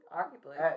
arguably